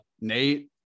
Nate